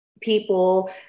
people